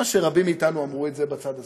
מה שרבים מאתנו אמרו בצד הזה,